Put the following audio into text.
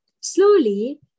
Slowly